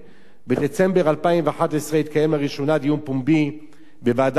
בדצמבר 2011 התקיים לראשונה דיון פומבי בוועדת החינוך.